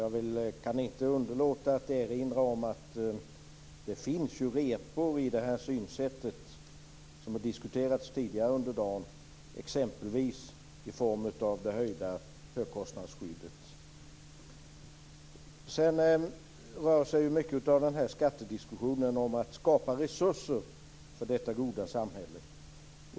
Jag kan dock inte underlåta att erinra om att det finns repor i det synsättet som har diskuterats tidigare under dagen, exempelvis i form av höjt högkostnadsskydd. Mycket av skattediskussionen handlar om att skapa resurser för det goda samhället.